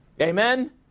Amen